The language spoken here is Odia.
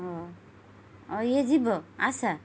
ହଁ ଇଏ ଯିବ ଆଶା